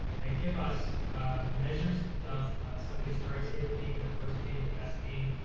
they give us measures somebody's current state of pain, their worst pain, their best pain,